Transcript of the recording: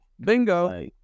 Bingo